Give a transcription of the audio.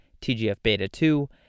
TGF-beta-2